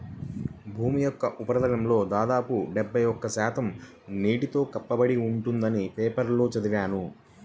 భూమి యొక్క ఉపరితలంలో దాదాపు డెబ్బై ఒక్క శాతం నీటితో కప్పబడి ఉందని పేపర్లో చదివాను